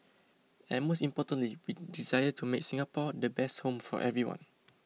and most importantly we desire to make Singapore the best home for everyone